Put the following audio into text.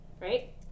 right